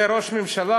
זה ראש ממשלה?